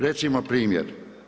Recimo primjer.